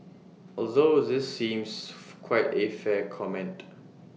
although this seems quite A fair comment